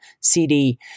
CD